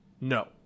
no